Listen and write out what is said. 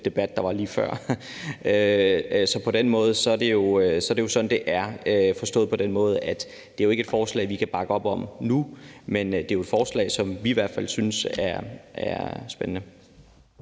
debat, der var lige før. Så det skal jo forstås på den måde, at det ikke er et forslag, vi kan bakke op om nu, men at det er et forslag, som vi i hvert fald synes er spændende.